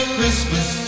Christmas